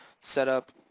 setup